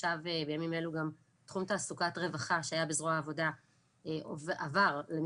עכשיו בימים אלו גם תחום תעסוקת רווחה שהיה עד כה תחת זרוע העבודה